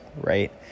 right